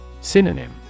Synonym